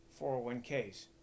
401ks